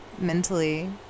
mentally